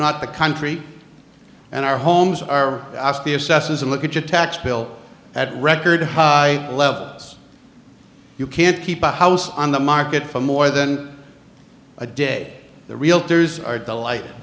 not the country and our homes are the assessors and look at your tax bill at record levels you can't keep a house on the market for more than a day the realtors are delight